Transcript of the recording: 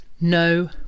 No